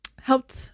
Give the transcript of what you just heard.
helped